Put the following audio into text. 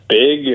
big